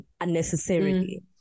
unnecessarily